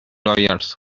lawyers